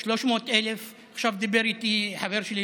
300,000. עכשיו דיבר איתי חבר שלי,